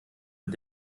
mit